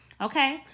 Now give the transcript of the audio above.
Okay